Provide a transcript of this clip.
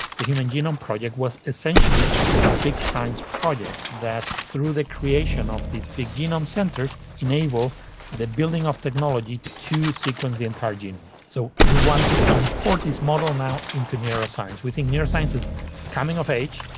the human genome project was essentially a big science project that through the creation of these big genome centres enabled the building of technology to sequence the entire genome. so we want to import this model now into neuroscience. we think neuroscience is coming of age,